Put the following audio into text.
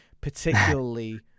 particularly